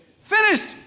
finished